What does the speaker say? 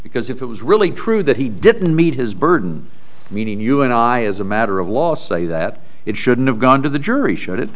because if it was really true that he didn't meet his burden meaning you and i as a matter of law say that it shouldn't have gone to the jury should it